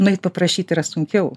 nueit paprašyt yra sunkiau